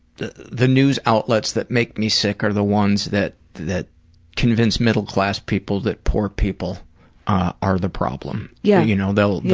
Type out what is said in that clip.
the the news outlets that make me sick are the ones that that convince middle class people that poor people ah are the problem. yeah. you know know, yeah